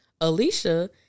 Alicia